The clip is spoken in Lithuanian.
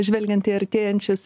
žvelgiant į artėjančius seimo